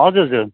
हजुर हजुर